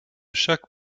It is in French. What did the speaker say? chaque